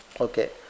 Okay